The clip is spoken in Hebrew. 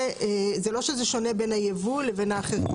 לא שזה שונה בין הייבוא לבין האחרים.